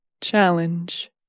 challenge